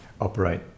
operate